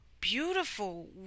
beautiful